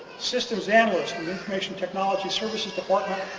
systems analyst with information technology services department,